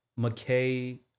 McKay